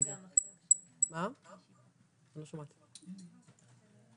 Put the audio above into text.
מה קורה איתם במצב חירום,